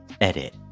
Edit